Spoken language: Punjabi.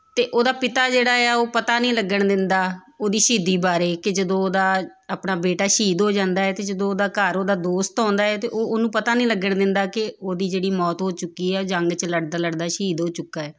ਅਤੇ ਉਹਦਾ ਪਿਤਾ ਜਿਹੜਾ ਆ ਉਹ ਪਤਾ ਨਹੀਂ ਲੱਗਣ ਦਿੰਦਾ ਉਹਦੀ ਸ਼ਹੀਦੀ ਬਾਰੇ ਕਿ ਜਦੋਂ ਉਹਦਾ ਆਪਣਾ ਬੇਟਾ ਸ਼ਹੀਦ ਹੋ ਜਾਂਦਾ ਹੈ ਅਤੇ ਜਦੋਂ ਉਹਦੇ ਘਰ ਉਹਦਾ ਦੋਸਤ ਆਉਂਦਾ ਹੈ ਤਾਂ ਉਹਨੂੰ ਪਤਾ ਨਹੀਂ ਲੱਗਣ ਦਿੰਦਾ ਕਿ ਉਹਦੀ ਜਿਹੜੀ ਮੌਤ ਹੋ ਚੁੱਕੀ ਹੈ ਜੰਗ 'ਚ ਲੜਦਾ ਲੜਦਾ ਸ਼ਹੀਦ ਹੋ ਚੁੱਕਾ ਹੈ